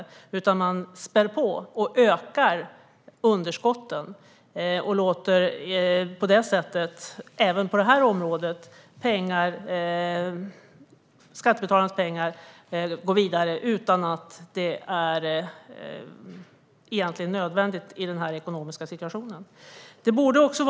I stället spär man på och ökar underskotten och låter på det sättet även på detta område skattebetalarnas pengar gå vidare utan att det egentligen är nödvändigt i den här ekonomiska situationen.